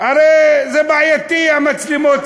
הרי זה בעייתי, המצלמות.